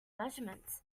measurements